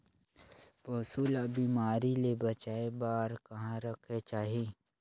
पशु ला बिमारी ले बचाय बार कहा रखे चाही?